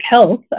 Health